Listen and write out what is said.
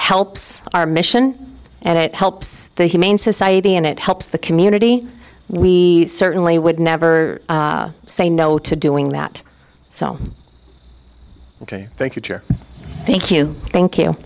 helps our mission and it helps the humane society and it helps the community we certainly would never say no to doing that song ok thank you thank you